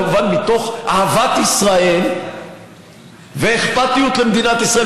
כמובן מתוך אהבת ישראל ואכפתיות למדינת ישראל.